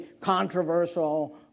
controversial